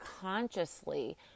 consciously